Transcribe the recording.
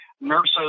nurses